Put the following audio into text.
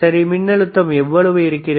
சரி மின்னழுத்தம் எவ்வளவு இருக்கிறது